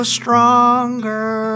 stronger